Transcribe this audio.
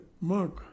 Monk